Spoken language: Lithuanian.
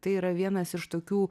tai yra vienas iš tokių